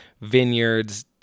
vineyards